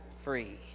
free